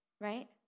right